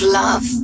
love